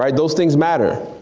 um those things matter.